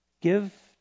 give